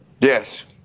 Yes